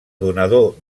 donador